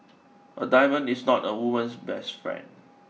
a diamond is not a woman's best friend